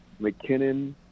McKinnon